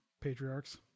patriarchs